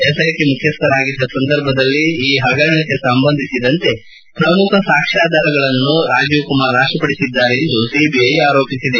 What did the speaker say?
SIT ಮುಖ್ಯಸ್ವರಾಗಿದ್ದ ಸಂದರ್ಭದಲ್ಲಿ ಈ ಪಗರಣಕ್ಕೆ ಸಂಬಂಧಿಸಿದಂತೆ ಪ್ರಮುಖ ಸಾಕ್ಷ್ಮಧಾರಗಳನ್ನು ರಾಜೀವ್ ಕುಮಾರ್ ನಾಶಪಡಿಸಿದ್ದರೆಂದು ಸಿಬಿಐ ಆರೋಪಿಸಿದೆ